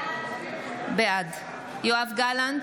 בעד יואב גלנט,